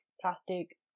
plastic